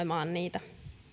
saati markkinoimaan niitä